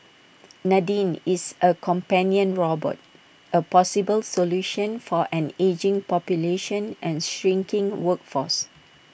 Nadine is A companion robot A possible solution for an ageing population and shrinking workforce